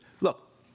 Look